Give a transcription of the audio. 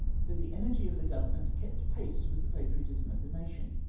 for the energy of the government kept pace with the patriotism of the nation.